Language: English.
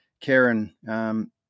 Karen